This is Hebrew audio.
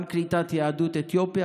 גם בקליטת יהדות אתיופיה,